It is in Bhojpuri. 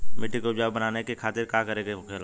मिट्टी की उपजाऊ बनाने के खातिर का करके होखेला?